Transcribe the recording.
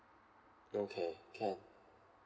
okay can